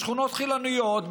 בשכונות חילוניות,